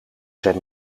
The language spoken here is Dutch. zijn